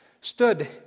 stood